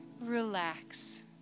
relax